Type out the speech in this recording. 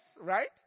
right